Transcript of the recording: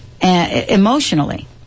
emotionally